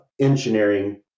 engineering